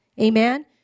Amen